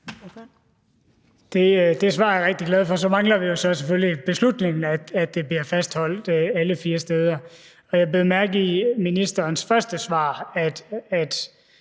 Det svar er jeg rigtig glad for. Så mangler vi selvfølgelig en beslutning om, at det bliver fastholdt alle fire steder. Jeg bed mærke i ministerens første svar,